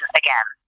again